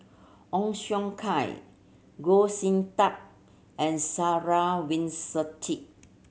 Ong Siong Kai Goh Sin Tub and Sarah Winstedt